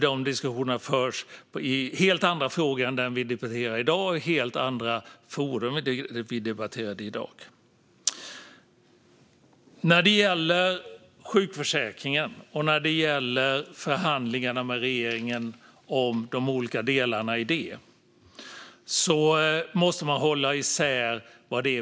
De diskussionerna förs i samband med helt andra frågor än de vi i dag debatterar och i helt andra forum än det vi i dag debatterar i. Vi måste hålla isär förhandlingarna med regeringen om de olika delarna i sjukförsäkringen.